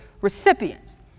recipients